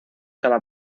cada